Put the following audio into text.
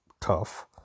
tough